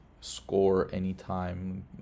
score-anytime